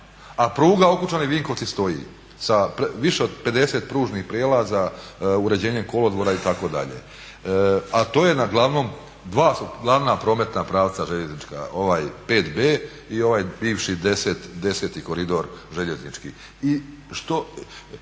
a pruga Okučani-Vinkovci stoji. Sa više od 50 pružnih prijelaza, uređenjem kolodvora itd.. A to je na glavnom, dva su glavna prometna pravca željeznička, 5B i ovaj bivši 10.-ti koridor željeznički.